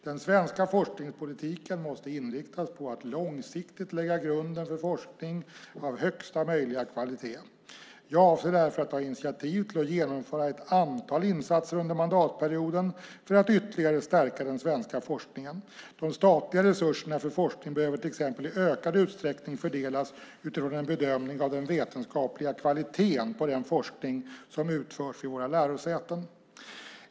Den svenska forskningspolitiken måste inriktas på att långsiktigt lägga grunden för forskning av högsta möjliga kvalitet. Jag avser därför att ta initiativ till att genomföra ett antal insatser under mandatperioden för att ytterligare stärka den svenska forskningen. De statliga resurserna för forskning behöver till exempel i ökad utsträckning fördelas utifrån en bedömning av den vetenskapliga kvaliteten på den forskning som utförs vid våra lärosäten.